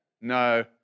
No